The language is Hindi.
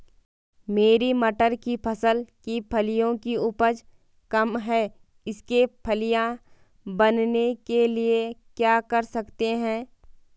मेरी मटर की फसल की फलियों की उपज कम है इसके फलियां बनने के लिए क्या कर सकते हैं?